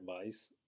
advice